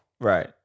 Right